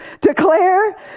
declare